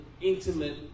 intimate